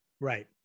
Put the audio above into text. right